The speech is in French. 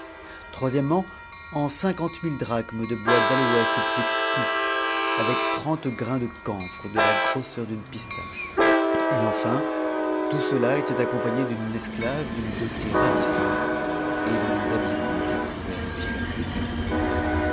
troisièmement cinquante mille drachmes de bois d'atoès le plus exquis avec trente graius de camphre de la grosseur d'une pistache et enfin tout cela était compagne d'une esclave d'une beauté ravissante et dont les habil t étaient couverts de pierreries